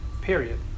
period